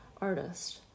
artist